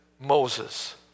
Moses